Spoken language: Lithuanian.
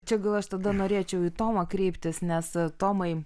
čia gal aš tada norėčiau į tomą kreiptis nes tomai